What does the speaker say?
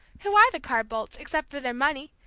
who are the carr boldts, except for their money?